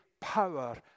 power